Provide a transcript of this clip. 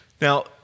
Now